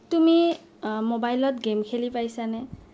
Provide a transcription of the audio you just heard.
তুমি মোবাইলত গেম খেলি পাইছানে